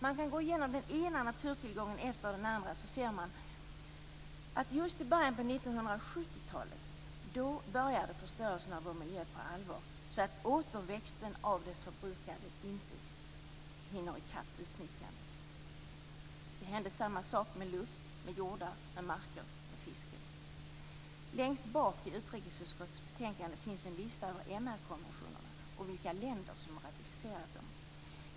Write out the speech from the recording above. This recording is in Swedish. Man kan gå igenom den ena naturtillgången efter den andra och se att just i början av 1970-talet började förstörelsen av vår miljö på allvar, så att återväxten av det förbrukade inte hinner i kapp utnyttjandet. Det hände samma sak med luft, med jordar, med marker och med fisket. Längst bak i utrikesutskottets betänkande finns en lista över MR-konventionerna och vilka länder som har ratificerat dem.